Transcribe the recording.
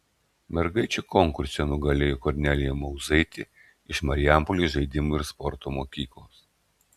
mergaičių konkurse nugalėjo kornelija mauzaitė iš marijampolės žaidimų ir sporto mokyklos